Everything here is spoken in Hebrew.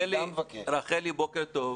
רחלי בוקר טוב,